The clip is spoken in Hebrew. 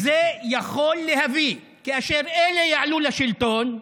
זה יכול להביא, כאשר אלה יעלו לשלטון,